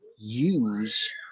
use